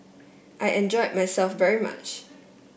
I enjoyed myself very much